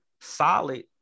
solid